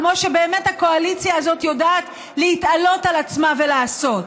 כמו שבאמת הקואליציה הזאת יודעת להתעלות על עצמה ולעשות.